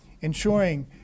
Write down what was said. ensuring